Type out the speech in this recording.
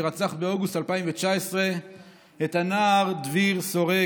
שרצח באוגוסט 2019 את הנער דביר שורק,